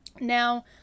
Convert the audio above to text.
Now